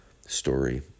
story